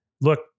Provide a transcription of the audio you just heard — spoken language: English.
look